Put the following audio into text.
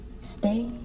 Stay